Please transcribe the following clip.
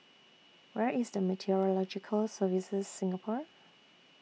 Where IS The Meteorological Services Singapore